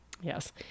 yes